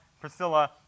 Priscilla